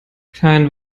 kein